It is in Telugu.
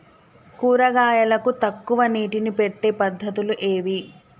కూరగాయలకు తక్కువ నీటిని పెట్టే పద్దతులు ఏవి?